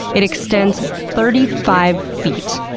it extends thirty five feet.